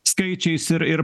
skaičiais ir ir